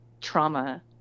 trauma